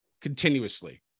continuously